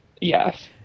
Yes